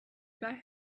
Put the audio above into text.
guy